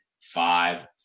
five